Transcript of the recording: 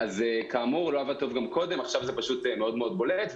זה לא עבד טוב גם קודם ועכשיו זה פשוט בולט מאוד.